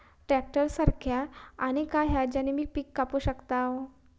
Tractor सारखा आणि काय हा ज्याने पीका कापू शकताव?